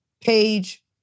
Page